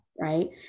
Right